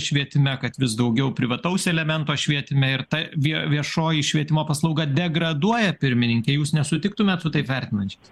švietime kad vis daugiau privataus elemento švietime ir ta vie viešoji švietimo paslauga degraduoja pirmininke jūs nesutiktumėt su taip vertinančiais